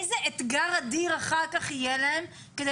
איזה אתגר אדיר אחר כך יהיה להם כדי